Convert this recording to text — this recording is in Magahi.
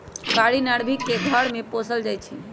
कारी नार्भिक के घर में पोशाल जाइ छइ